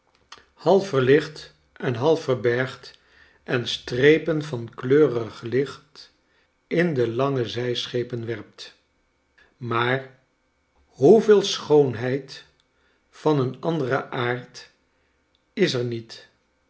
half verlicht en half verbergt en strepen van kleuriglicht in de lange zijschepen werpt maar hoeveel schoonheid van een anderen aard is er niet